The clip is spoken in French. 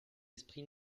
esprit